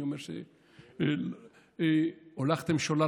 אני אומר שהולכתם שולל,